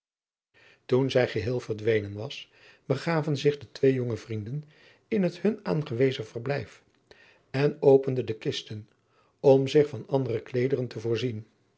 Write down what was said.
toen zij geheel verdwenen was begaven zich de twee jonge vrienden in het hun aangewezen verblijf en opende de kisten om zich van andere kleederen te voorzien